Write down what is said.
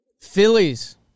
Phillies